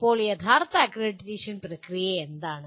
ഇപ്പോൾ യഥാർത്ഥ അക്രഡിറ്റേഷൻ പ്രക്രിയ എന്താണ്